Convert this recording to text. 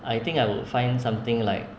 I think I would find something like